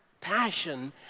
passion